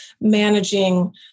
managing